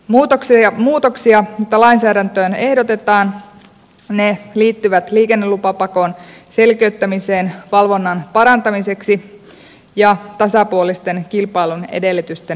muutokset joita lainsäädäntöön ehdotetaan liittyvät liikennelupapakon selkeyttämiseen valvonnan parantamiseksi ja tasapuolisten kilpailun edellytysten luomiseksi